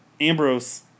Ambrose